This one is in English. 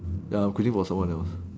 ya I am quitting for someone else